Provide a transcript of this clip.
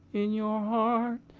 in your heart